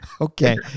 Okay